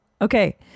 Okay